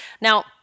Now